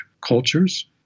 cultures